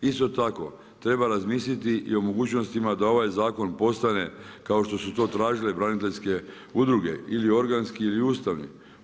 Isto tako treba razmisliti i o mogućnostima da ovaj zakon postane kao što su to tražile braniteljske udruge ili organski ili ustavni.